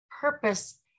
purpose